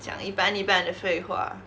讲一般一般的废话